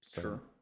sure